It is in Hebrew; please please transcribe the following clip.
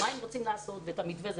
לא אמרו מה הם רוצים לעשות ואת המתווה הזה,